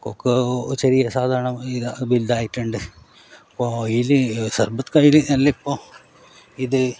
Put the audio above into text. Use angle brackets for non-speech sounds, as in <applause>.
cocoa ചെറിയ ഒരു സാധാരണ <unintelligible> വലുതായിട്ടുണ്ട് അപ്പോൾ അതിൽ സർബത്ത് കായിൽ നല്ല ഇപ്പോൾ ഇത്